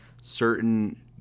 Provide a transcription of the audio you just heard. certain